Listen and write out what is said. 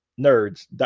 nerds